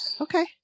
Okay